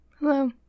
hello